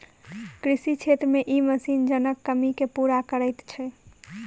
कृषि क्षेत्र मे ई मशीन जनक कमी के पूरा करैत छै